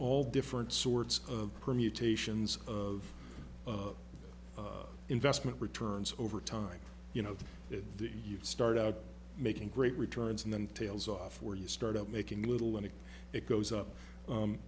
all different sorts of permutations of investment returns over time you know you start out making great returns and then tails off where you start out making little and it goes up